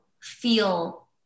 feel